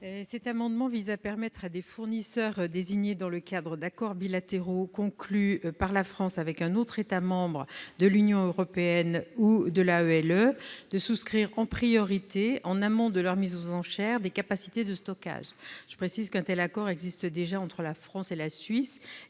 Cet amendement vise à permettre à des fournisseurs désignés dans le cadre d'accords bilatéraux conclus par la France avec un autre État membre de l'Union européenne ou de l'Association européenne de libre-échange, l'AELE, de souscrire en priorité, en amont de leur mise aux enchères, des capacités de stockage. Je précise qu'un tel accord existe déjà entre la France et la Suisse.